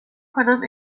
کنم